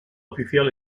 oficial